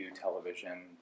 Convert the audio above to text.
Television